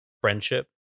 friendship